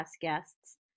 guests